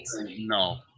No